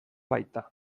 baita